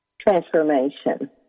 transformation